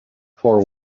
for